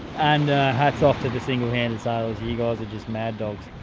and hats off to the single handed sailors, and you guys are just mad-dogs.